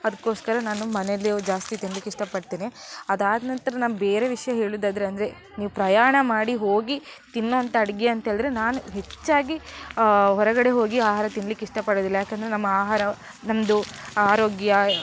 ಅದ್ಕೋಸ್ಕರ ನಾನು ಮನೆಯಲ್ಲೇ ಜಾಸ್ತಿ ತಿನ್ಲಿಕ್ಕೆ ಇಷ್ಟಪಡ್ತೇನೆ ಅದಾದ ನಂತರ ನಾನು ಬೇರೆ ವಿಷಯ ಹೇಳೊದಾದ್ರೆ ಅಂದರೆ ನೀವು ಪ್ರಯಾಣ ಮಾಡಿ ಹೋಗಿ ತಿನ್ನೋವಂಥ ಅಡುಗೆ ಅಂತ್ಹೇಳಿದ್ರೆ ನಾನು ಹೆಚ್ಚಾಗಿ ಹೊರಗಡೆ ಹೋಗಿ ಆಹಾರ ತಿನ್ಲಿಕ್ಕೆ ಇಷ್ಟಪಡೋದಿಲ್ಲ ಯಾಕಂದರೆ ನಮ್ಮ ಆಹಾರ ನಮ್ಮದು ಆರೋಗ್ಯ